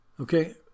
Okay